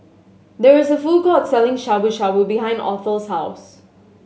there is a food court selling Shabu Shabu behind Othel's house